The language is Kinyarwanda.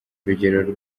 urugero